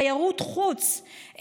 תיירות חוץ,